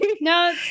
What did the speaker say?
no